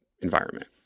environment